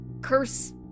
curse